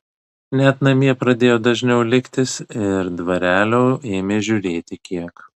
net namie pradėjo dažniau liktis ir dvarelio ėmė žiūrėti kiek